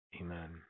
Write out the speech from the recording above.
Amen